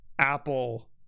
Apple